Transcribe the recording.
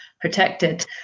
protected